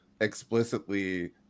explicitly